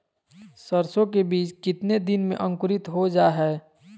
सरसो के बीज कितने दिन में अंकुरीत हो जा हाय?